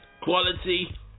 quality